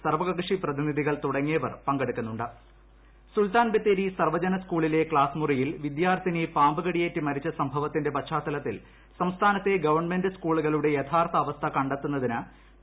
സർവകക്ഷി പ്രതിനിധികൾ തുടങ്ങിയവർ പ്പെട്ക്ടുക്കുന്നു രമേശ് ചെന്നിത്തല സുൽത്താൻ ബത്തേരി സർപ്പൂജന സ്കൂളിലെ ക്ലാസ് മുറിയിൽ വിദ്യാർത്ഥിനി പാമ്പ് കടിയേറ്റ് മരിച്ച സംഭവത്തിന്റെ പശ്ചാത്തലത്തിൽ സംസ്ഥാനത്തെ ഗവൺമെന്റ് സ്കൂളുകളുടെ യഥാർത്ഥ അവസ്ഥ ക ത്തുന്നതിന് പി